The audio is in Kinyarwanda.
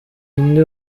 inde